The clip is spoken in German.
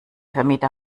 vermieter